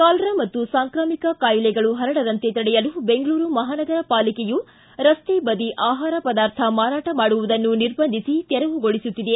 cholera ಮತ್ತು ಸಾಂಕ್ರಾಮಿಕ ಕಾಯಿಲೆಗಳು ಹರಡದಂತೆ ತಡೆಯಲು ಬೆಂಗಳೂರು ಮಹಾನಗರ ಪಾಲಿಕೆಯು ರಸ್ತೆ ಬದಿ ಆಹಾರ ಪದಾರ್ಥ ಮಾರಾಟ ಮಾಡುವುದನ್ನು ನಿರ್ಬಂಧಿಸಿ ತೆರವುಗೊಳಿಸುತ್ತಿದೆ